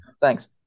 Thanks